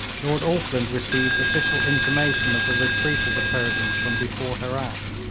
lord auckland received official intimation of the retreat of the persians from before herat.